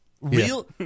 Real